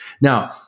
Now